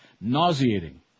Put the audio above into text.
nauseating